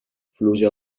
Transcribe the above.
fluye